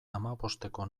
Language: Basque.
hamabosteko